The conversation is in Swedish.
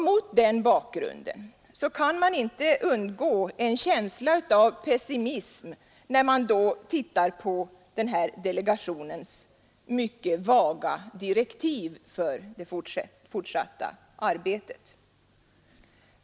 Mot den bakgrunden kan man inte undgå en känsla av pessimism, när man tittar på delegationens mycket vaga direktiv för fortsatt arbete.